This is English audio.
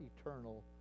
eternal